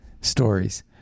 stories